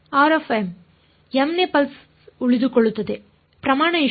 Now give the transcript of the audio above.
m ನೇ pulse ಉಳಿದುಕೊಳ್ಳುತ್ತದೆ ಪ್ರಮಾಣ ಎಷ್ಟು